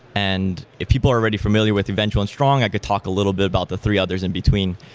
and if people are already familiar with eventual and strong, i could talk a little bit about the three others in between.